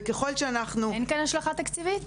אין כאן השלכה תקציבית?